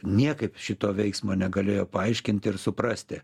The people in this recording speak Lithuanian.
niekaip šito veiksmo negalėjo paaiškint ir suprasti